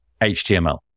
HTML